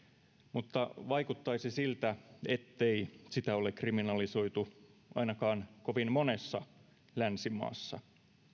mutta vaikuttaisi siltä ettei sitä ole kriminalisoitu ainakaan kovin monessa länsimaassa